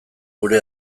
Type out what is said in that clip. gure